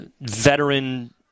veteran